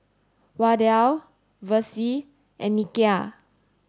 Wardell Versie and Nikia